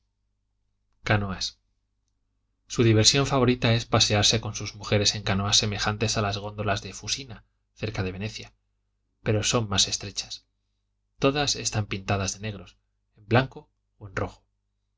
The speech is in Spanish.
su diversión favorita es pasearse con sus mujeres en canoas semejantes a las góndolas de fusina cerca de venecia pero son más estrechas todas están pintadas en negro en blanco o en rojo